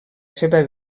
seva